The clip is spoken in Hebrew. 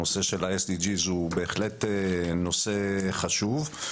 הנושא של ה-SDG הוא בהחלט נושא חשוב,